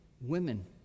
Women